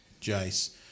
Jace